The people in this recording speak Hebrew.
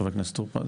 חבר הכנסת טור פז.